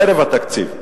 ערב התקציב.